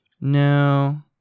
No